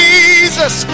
Jesus